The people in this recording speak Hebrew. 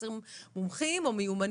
וחסרים עובדים מומחים או מיומנים,